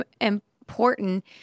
important